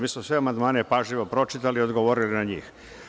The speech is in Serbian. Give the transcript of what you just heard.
Mi smo sve amandmane pažljivo pročitali i odgovorili na njih.